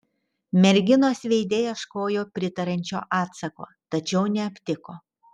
merginos veide ieškojo pritariančio atsako tačiau neaptiko